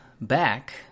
back